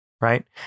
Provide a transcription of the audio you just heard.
right